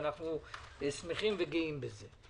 ואנחנו שמחים וגאים בזה.